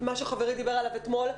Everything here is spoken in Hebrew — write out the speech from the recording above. מה שחברי דיבר עליו אתמול.